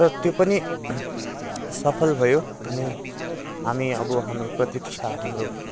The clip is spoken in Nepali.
र त्यो पनि सफल भयो अनि हामी अब हाम्रो प्रतिक्षा हाम्रो